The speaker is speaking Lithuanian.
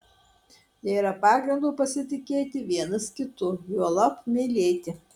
nėra pagrindo pasitikėti vienas kitu juolab mylėti